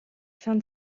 fin